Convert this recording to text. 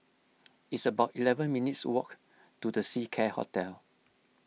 it's about eleven minutes' walk to the Seacare Hotel